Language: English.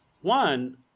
One